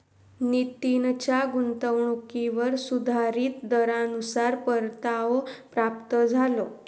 नितीनच्या गुंतवणुकीवर सुधारीत दरानुसार परतावो प्राप्त झालो